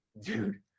dude